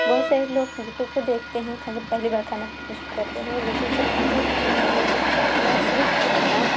بہت سارے لوگ یوٹیوب کو دیکھتے ہیں جب پہلی بار کھانا پکانا شروع کرتے ہیں لیکن جب ہم نے سب سے پہلے کچھ پکانا شروع کیا تھا